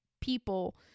people